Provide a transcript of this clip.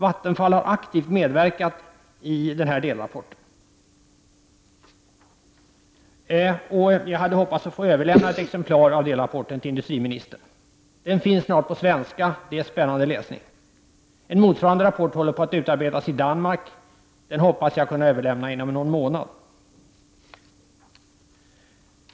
Vattenfall har aktivt medverkat i den delrapporten. Jag hade hoppats att få överlämna ett exemplar av delrapporten till industriministern. Den finns snart på svenska, det är spännande läsning. En motsvarande rapport håller på att utarbetas i Danmark. Den hoppas jag kunna överlämna inom någon månad.